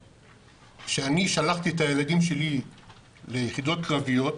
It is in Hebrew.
שאני שלחתי את הילדים שלי ליחידות קרביות,